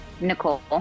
Nicole